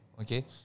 okay